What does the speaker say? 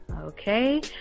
Okay